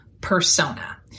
persona